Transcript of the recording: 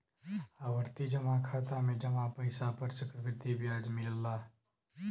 आवर्ती जमा खाता में जमा पइसा पर चक्रवृद्धि ब्याज मिलला